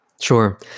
sure